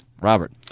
robert